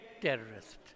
terrorist